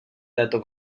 této